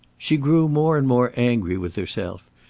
she grew more and more angry with herself,